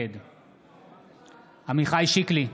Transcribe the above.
נגד עמיחי שיקלי,